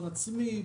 הון עצמי,